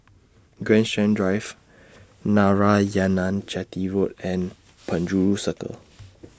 Grandstand Drive Narayanan Chetty Road and Penjuru Circle